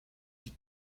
die